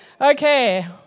Okay